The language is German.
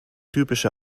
typische